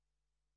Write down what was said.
א'